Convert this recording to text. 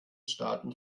staaten